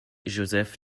joseph